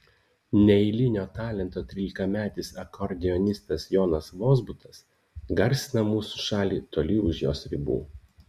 neeilinio talento trylikametis akordeonistas jonas vozbutas garsina mūsų šalį toli už jos ribų